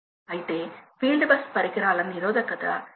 అలాంటి కేసును ఉహించుకోండి